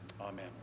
amen